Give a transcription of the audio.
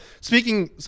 speaking